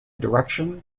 direction